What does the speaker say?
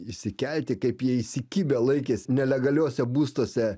išsikelti kaip jie įsikibę laikės nelegaliuose būstuose